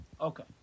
Okay